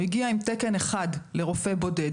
הוא הגיע עם תקן אחד לרופא בודד.